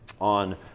on